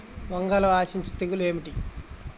వంగలో ఆశించు తెగులు ఏమిటి?